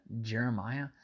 Jeremiah